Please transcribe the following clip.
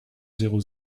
zéro